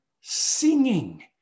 singing